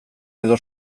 edo